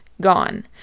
gone